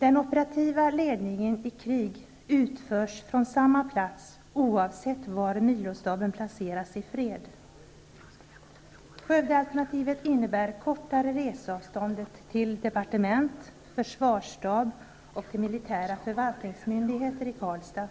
Den operativa ledningen i krig utförs från samma plats oavsett var milostaben placeras i fred. Skövdealternativet innebär kortare reseavstånd till departement, försvarsstab och till militära förvaltningsmyndigheter i Karlstad.